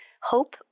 hope